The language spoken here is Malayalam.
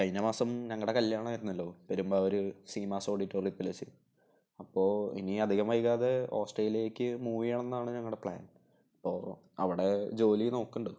കഴിഞ്ഞ മാസം ഞങ്ങളുടെ കല്യാണം ആയിരുന്നല്ലോ പെരുമ്പാവൂർ സീമാസ് ഓഡിറ്റോറിയത്തില് വച്ച് അപ്പോൾ ഇനി അധികം വൈകാതെ ഓസ്ട്രേലിയക്ക് മൂവ് ചെയ്യണം എന്നാണ് ഞങ്ങളുടെ പ്ലാന് അപ്പോൾ അവിടെ ജോലി നോക്കുന്നുണ്ട്